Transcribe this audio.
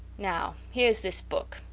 now, heres this book,